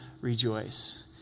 rejoice